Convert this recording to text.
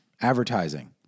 advertising